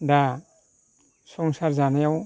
दा संसार जानायाव